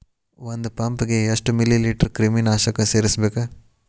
ಒಂದ್ ಪಂಪ್ ಗೆ ಎಷ್ಟ್ ಮಿಲಿ ಲೇಟರ್ ಕ್ರಿಮಿ ನಾಶಕ ಸೇರಸ್ಬೇಕ್?